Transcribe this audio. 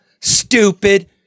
stupid